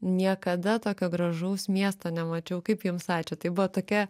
niekada tokio gražaus miesto nemačiau kaip jums ačiū tai buvo tokia